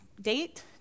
date